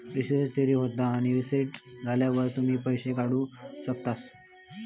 reset त्वरीत होता आणि रीसेट झाल्यावर तुम्ही पैशे काढु शकतास